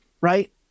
Right